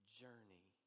journey